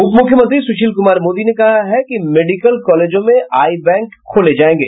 उप मुख्यमंत्री सुशील कुमार मोदी ने कहा है कि मेडिकल कॉलेजों में आई बैंक खोले जायेंगे